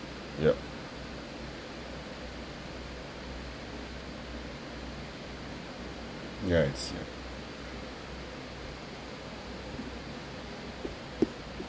yup yes ya